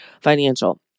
financial